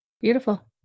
Beautiful